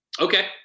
Okay